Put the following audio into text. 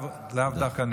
לאו דווקא,